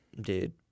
dude